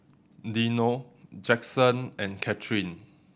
Dino Jackson and Kathrine